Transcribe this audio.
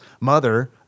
mother